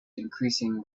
increasing